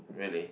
really